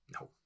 No